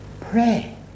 Pray